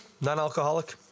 Non-alcoholic